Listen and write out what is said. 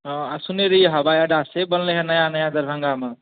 तऽ सुनने रहियै हवाइ अड्डा से बनलै हँ नया नया दरभंगा मे